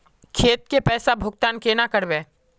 खेत के पैसा भुगतान केना करबे?